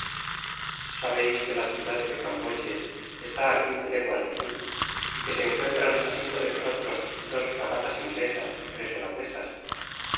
sabeis que la ciudad de kambodje está á quince leguas de aquí y que se encuentran á cinco de nosotros dos fragatas inglesas y tres holandesas